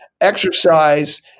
exercise